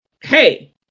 hey